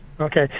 Okay